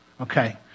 Okay